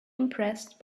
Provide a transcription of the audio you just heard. impressed